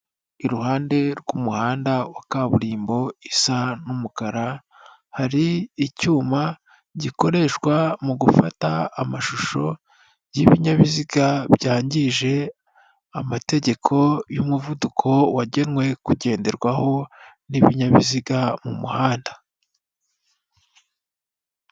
Iruhande rw'umuhanda wa kaburimbo isa n'umukara hari icyuma gikoreshwa mu gufata amashusho y'ibinyabiziga, byangije amategeko y'umuvuduko wagenwe kugenderwaho n'ibinyabiziga mu muhanda.